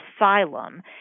asylum